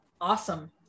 awesome